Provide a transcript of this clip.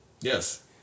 Yes